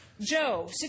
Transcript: Joe